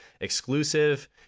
exclusive